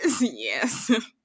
yes